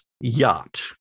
yacht